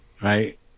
Right